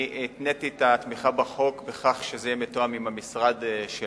אני התניתי את התמיכה בחוק בכך שזה יהיה מתואם עם המשרד שלנו.